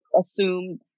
assumed